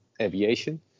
aviation